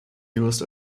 used